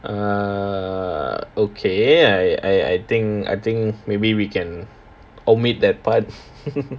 err okay I I think I think maybe we can omit that part